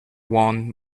won